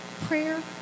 prayer